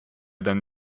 dann